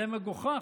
זה מגוחך.